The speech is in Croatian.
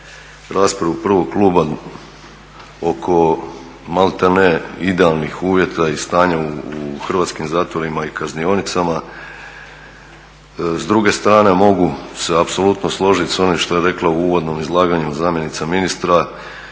raspravu prvog kluba oko maltene idealnih uvjeta i stanja u hrvatskim zatvorima i kaznionicama. S druge strane mogu se apsolutno složiti sa onim što je rekla u uvodnom izlaganju zamjenica ministra